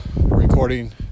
recording